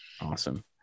Awesome